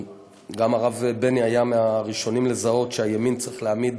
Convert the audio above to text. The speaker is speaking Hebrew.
הרב בני גם היה מהראשונים לזהות שהימין צריך להעמיד